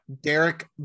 Derek